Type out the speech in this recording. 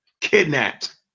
Kidnapped